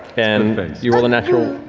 and you rolled a natural?